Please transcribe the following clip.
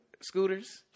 scooters